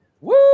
woo